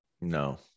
no